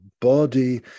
body